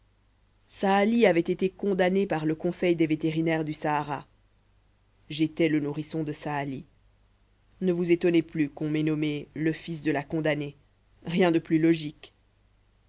saali avait été condamnée par le conseil des vétérinaires du sahara j'étais le nourrisson de saali ne vous étonnez plus qu'on m'ait nommé le fils de la condamnée rien de plus logique